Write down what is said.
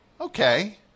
Okay